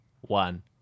one